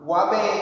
Wabe